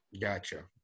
Gotcha